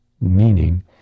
meaning